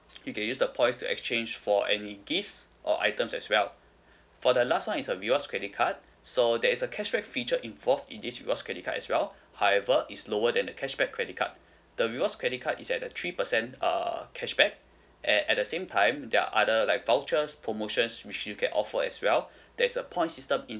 you can use the points to exchange for any gifts or items as well for the last one is a rewards credit card so there is a cashback feature involved in this rewards credit card as well however is lower than the cashback credit card the rewards credit card is at the three percent err cashback at at the same time there are other like vouchers promotions which you can offer as well there's a point system